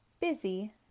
busy